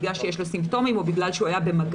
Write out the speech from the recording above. בגלל שיש לו סימפטומים או בגלל שהוא היה במגע,